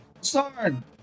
Sarn